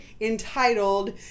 entitled